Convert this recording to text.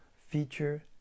feature